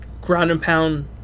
ground-and-pound